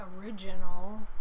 original